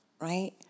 right